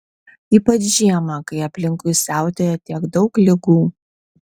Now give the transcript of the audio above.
ypač žiemą kai aplinkui siautėja tiek daug ligų